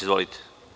Izvolite.